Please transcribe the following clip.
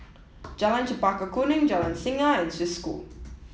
Jalan Chempaka Kuning Jalan Singa and Swiss School